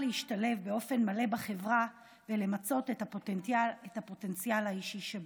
להשתלב באופן מלא בחברה ולמצות את הפוטנציאל האישי שבו.